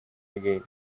again